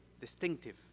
distinctive